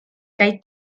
kaj